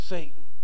Satan